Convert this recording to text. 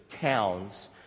towns